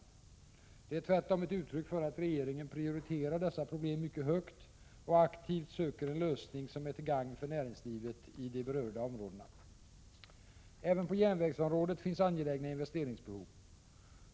Det är tvärtom ett uttryck för att regeringen prioriterar dessa problem mycket högt och aktivt söker en lösning som är till gagn för näringslivet i de berörda områdena. Även på järnvägsområdet finns angelägna investeringsbehov.